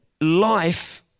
life